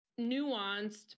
nuanced